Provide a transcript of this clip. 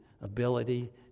ability